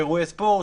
אירועי ספורט,